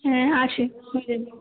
হ্যাঁ আছে নিয়ে যাবি